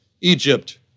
Egypt